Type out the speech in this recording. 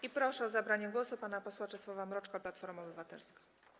I proszę o zabranie głosu pana posła Czesława Mroczka, Platforma Obywatelska.